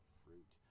fruit